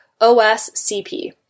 OSCP